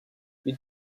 you